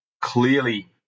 clearly